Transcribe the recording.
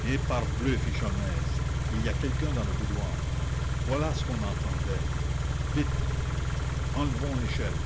eh parbleu fit sholmès il y a quelqu'un dans le boudoir voilà ce qu'on entendait vite enlevons l'échelle